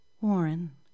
Warren